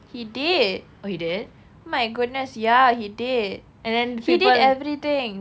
he did my goodness ya he did and then he did everything everything